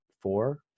four